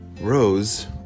Rose